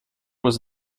was